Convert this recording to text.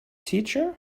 teacher